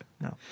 No